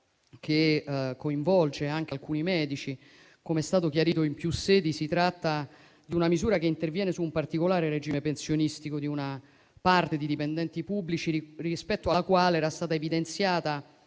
che coinvolge anche alcuni medici, come è stato chiarito in più sedi, si tratta di una misura che interviene su un particolare regime pensionistico di una parte di dipendenti pubblici, rispetto alla quale era stata evidenziata,